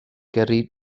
gyrru